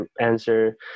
answer